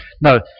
No